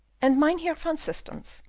and mynheer van systens,